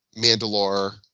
Mandalore